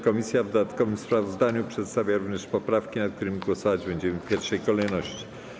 Komisja w dodatkowym sprawozdaniu przedstawia również poprawki, nad którymi głosować będziemy w pierwszej kolejności.